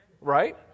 Right